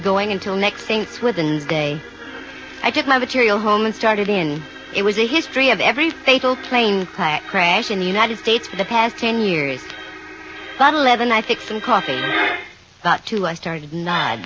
going until next thinks within a day i took my material home and started in it was a history of every fatal plane crash in the united states for the past ten years but eleven i think some coffee about to i started no